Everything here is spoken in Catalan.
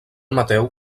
mateu